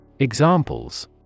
Examples